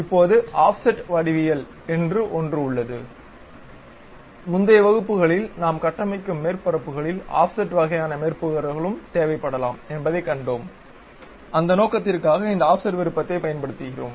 இப்போது ஆஃப்செட் வடிவியல் என்று ஒன்று உள்ளது முந்தைய வகுப்புகளில் நாம் கட்டமைக்கும் மேற்பரப்புகளில் ஆஃப்செட் வகையான மேற்பரப்புகளும் தேவைப்படலாம் என்பதைக் கண்டோம் அந்த நோக்கத்திற்காக இந்த ஆஃப்செட் விருப்பத்தைப் பயன்படுத்துகிறோம்